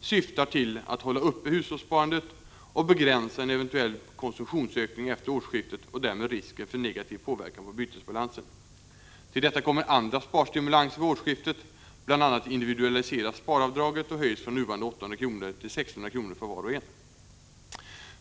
syftar till att hålla uppe hushållssparandet och begränsa en eventuell konsumtionsökning 65 efter årsskiftet och därmed risken för negativ påverkan på bytesbalansen. Till detta kommer andra sparstimulanser vid årsskiftet. Bl. a. individualiseras sparavdraget och höjs från nuvarande 800 kr. till 1 600 kr. för var och en.